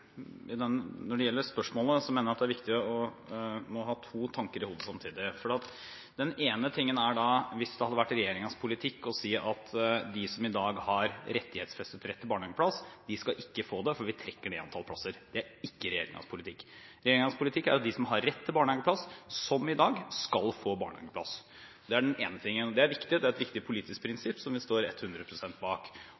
samtidig. Den ene er hvis det hadde vært regjeringens politikk å si at de som i dag har rettighetsfestet barnehageplass, ikke skal få det, for vi trekker det antallet plasser. Det er ikke regjeringens politikk. Regjeringens politikk er at de som har rett til barnehageplass – som i dag – skal få barnehageplass. Det er den ene tingen. Det er viktig, og det er et viktig politisk